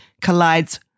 collides